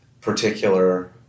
particular